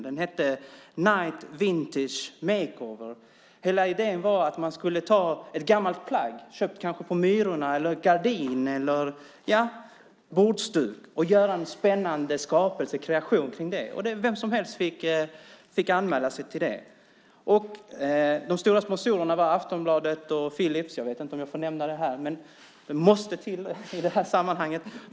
Tävlingen hette Vintage Makeover. Hela idén var att man skulle ta ett gammalt plagg, kanske köpt på Myrorna, eller en gardin eller bordsduk och göra en spännande skapelse, kreation, av det. Vem som helst fick anmäla sig till det. De stora sponsorerna var Aftonbladet och Philips. Jag vet inte om jag får nämna det här, men det måste till i det här sammanhanget.